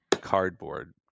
cardboard